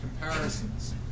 comparisons